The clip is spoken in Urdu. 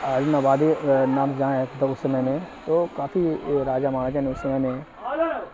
عالم آبادی نام سے جانا جاتا تھا اس سمے میں نے تو کافی راجا مہاراجہ نے اس میں نے